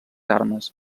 armes